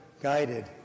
guided